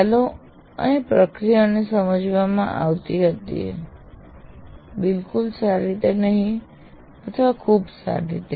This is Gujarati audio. ખ્યાલો અને પ્રક્રિયાઓ સમજાવવામાં આવી હતી બિલકુલ સારી રીતે નહીં અથવા ખૂબ સારી રીતે